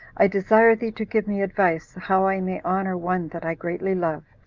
i desire thee to give me advice how i may honor one that i greatly love,